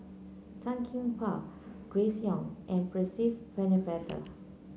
Tan Gee Paw Grace Young and Percy Pennefather